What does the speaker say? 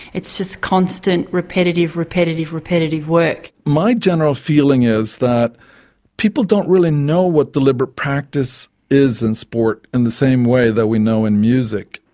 it's just constant repetitive, repetitive repetitive work. my general feeling is that people don't really know what deliberate practice is in sport in the same way that we know in music.